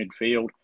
midfield